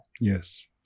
Yes